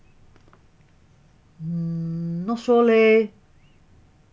not sure leh